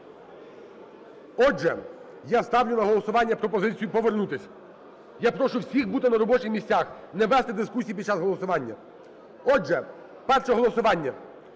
Отже, я ставлю на голосування пропозицію повернутись. Я прошу всіх бути на робочих місцях, не вести дискусії під час голосування. Отже, перше голосування.